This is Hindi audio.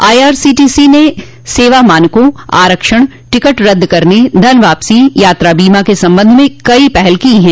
आईआरसीटी ने सेवा मानकों आरक्षण टिकट रद्द करने धन वापसी यात्रा बीमा के संबंध में कई पहल की है